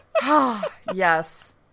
Yes